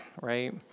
right